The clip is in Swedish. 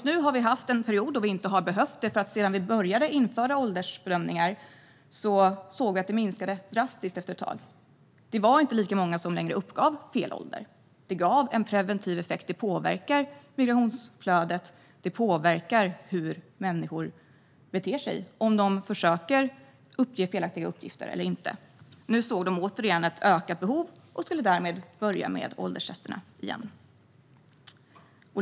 Nu har de haft en period där de inte har behövt göra detta, eftersom antalet fall minskade drastiskt sedan de började med att göra åldersbedömningar. Det var inte längre lika många som uppgav fel ålder. Detta gav en preventiv effekt. Det påverkar migrationsflödet och hur människor beter sig - det påverkar huruvida de försöker att lämna felaktiga uppgifter eller inte. Nu såg man i Nederländerna åter ett ökat behov och skulle därför börja med ålderstesterna igen.